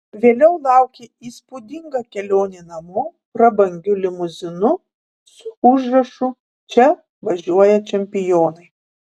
vėliau laukė įspūdinga kelionė namo prabangiu limuzinu su užrašu čia važiuoja čempionai